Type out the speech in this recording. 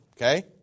okay